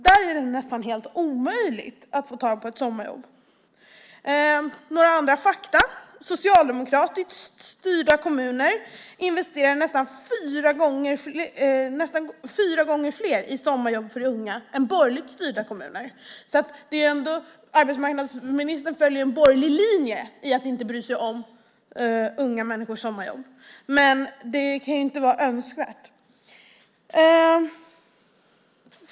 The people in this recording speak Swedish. För dem är det nästan helt omöjligt att få tag på ett sommarjobb. Jag har några andra fakta. Socialdemokratiskt styrda kommuner investerar nästan fyra gånger så mycket i sommarjobb för unga än borgerligt styrda kommuner. Arbetsmarknadsministern följer en borgerlig linje i att inte bry sig om unga människors sommarjobb. Det kan inte vara önskvärt.